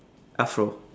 afro